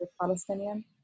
Palestinian